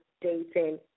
dating